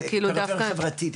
פריפריה חברתית,